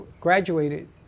graduated